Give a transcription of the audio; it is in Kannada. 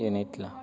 ಏನು ಐತ್ಲಾ